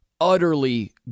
utterly